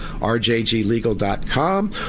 rjglegal.com